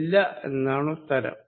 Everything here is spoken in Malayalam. ഇല്ല എന്നാണുത്തരം